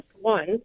one